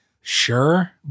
sure